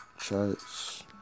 charts